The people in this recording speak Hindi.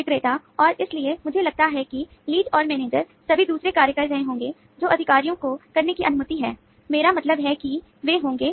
विक्रेता और इसलिए मुझे लगता है कि लीड सभी दूसरे कार्य कर रहे होंगे जो अधिकारियों को करने की अनुमति है मेरा मतलब है कि वे होंगे